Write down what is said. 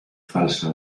falsa